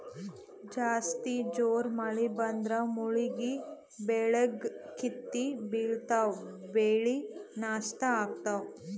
ಜಾಸ್ತಿ ಜೋರ್ ಮಳಿ ಬಂದ್ರ ಮಳೀಗಿ ಬೆಳಿಗೊಳ್ ಕಿತ್ತಿ ಬಿಳ್ತಾವ್ ಬೆಳಿ ನಷ್ಟ್ ಆಗ್ತಾವ್